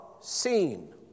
seen